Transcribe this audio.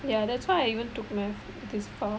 ya that's why I even took math this far